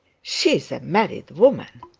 she is a married woman